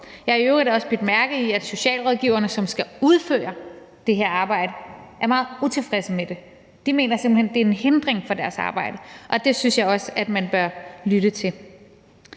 jeg har i øvrigt også bidt mærke i, at socialrådgiverne, som skal udføre det her arbejde, er meget utilfredse med det. De mener simpelt hen, at det er en hindring for deres arbejde, og det synes jeg også man bør lytte til.